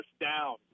down